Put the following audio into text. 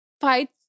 fight